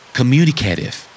communicative